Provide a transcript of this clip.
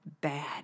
bad